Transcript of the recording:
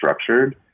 structured